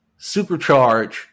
Supercharge